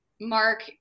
Mark